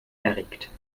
erregt